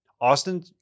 Austin